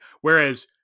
Whereas